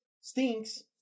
stinks